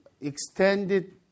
extended